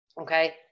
Okay